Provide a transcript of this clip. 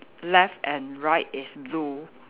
left and right is blue